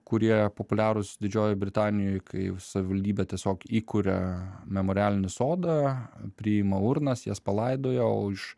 kurie populiarūs didžiojoj britanijoj kai savivaldybė tiesiog įkuria memorialinį sodą priima urnas jas palaidoja o iš